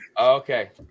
okay